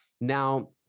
Now